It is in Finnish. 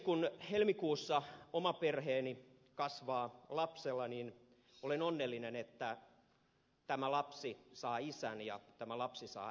kun helmikuussa oma perheeni kasvaa lapsella niin olen onnellinen että tämä lapsi saa isän ja tämä lapsi saa äidin